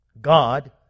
God